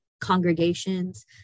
congregations